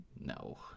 No